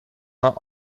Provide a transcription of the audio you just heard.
not